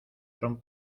son